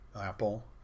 Apple